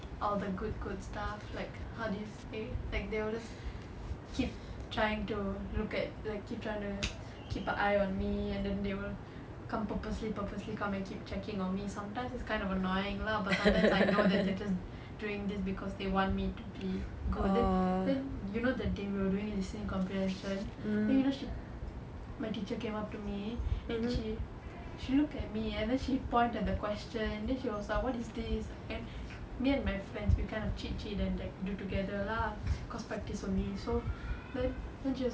all the good good stuff like how do you say they will just keep trying to look at like keep trying to keep a eye on me and then they will come purposely purposely come and keep checking of me sometimes is kind of annoying lah but sometimes I know that they just doing this because they want me to be good then then you know that they will during listening comprehension then you know she my teacher came up to me and she she look at me and then she point at the question then she was like what is this and me and my friends we kind of cheat cheat and like do together lah because practice only so then